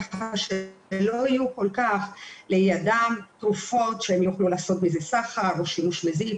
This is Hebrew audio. כך שלא יהיו כל כך לידם תרופות שהם יוכלו לעשות בזה סחר או שימוש מזיק.